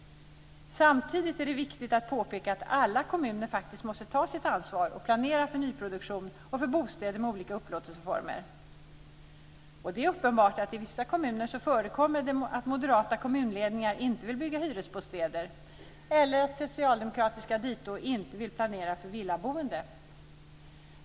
Samtidigt är det viktigt att påpeka att alla kommuner faktiskt måste ta sitt ansvar och planera för nyproduktion och för bostäder med olika upplåtelseformer. Det är uppenbart att det i vissa kommuner förekommer att moderata kommunledningar inte vill bygga hyresbostäder eller att socialdemokratiska dito inte vill planera för villaboende.